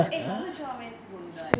eh 我没有去到那边吃过 noodle leh